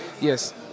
yes